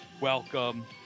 welcome